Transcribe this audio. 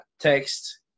text